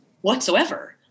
whatsoever